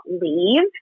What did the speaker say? leave